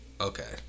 okay